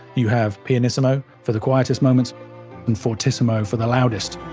you have pianissimo for the quietest moments and fortissimo for the loudest